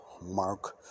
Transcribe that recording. Mark